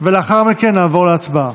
ולאחר מכן נעבור להצבעה.